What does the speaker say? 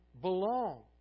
belong